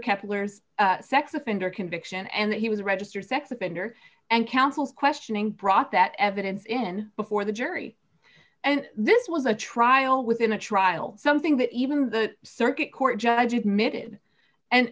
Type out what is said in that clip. kepler's sex offender conviction and that he was a registered sex offender and counsel questioning brought that evidence in before the jury and this was a trial within a trial something that even the circuit court judge admitted and